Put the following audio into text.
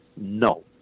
No